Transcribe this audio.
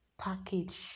package